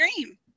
dream